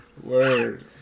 Word